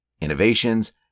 innovations